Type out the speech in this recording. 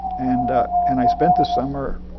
and and i spent the summer,